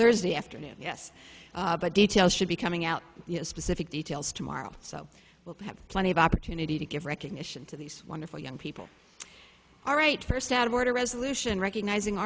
thursday afternoon yes but details should be coming out you know specific details tomorrow so we'll have plenty of opportunity to give recognition to these wonderful young people all right first out of order resolution recognizing